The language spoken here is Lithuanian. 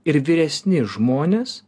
ir vyresni žmonės